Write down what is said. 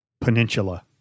Peninsula